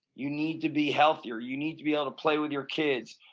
you need to be healthier. you need to be able to play with your kids.